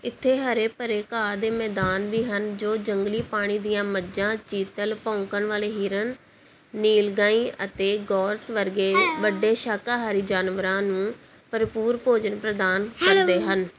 ਇੱਥੇ ਹਰੇ ਭਰੇ ਘਾਹ ਦੇ ਮੈਦਾਨ ਵੀ ਹਨ ਜੋ ਜੰਗਲੀ ਪਾਣੀ ਦੀਆਂ ਮੱਝਾਂ ਚੀਤਲ ਭੌਂਕਣ ਵਾਲੇ ਹਿਰਨ ਨੀਲਗਾਈ ਅਤੇ ਗੌਰਸ ਵਰਗੇ ਵੱਡੇ ਸ਼ਾਕਾਹਾਰੀ ਜਾਨਵਰਾਂ ਨੂੰ ਭਰਪੂਰ ਭੋਜਨ ਪ੍ਰਦਾਨ ਕਰਦੇ ਹਨ